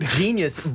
genius